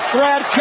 Brad